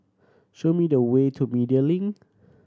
show me the way to Media Link